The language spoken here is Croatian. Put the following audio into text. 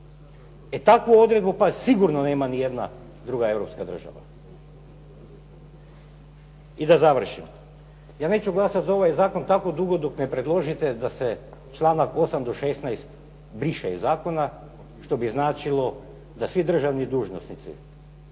E takvu odredbu sigurno nema ni jedna druga europska država. I da završimo. Ja neću glasati za ovaj zakon tako dugo dok ne predložite da se članak 8. do 16. briše iz zakona što bi značilo da svi državni dužnosnici